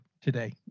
today